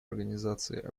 организации